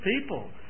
people